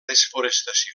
desforestació